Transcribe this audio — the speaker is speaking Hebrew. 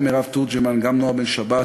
גם מירב תורג'מן וגם נועה בן-שבת,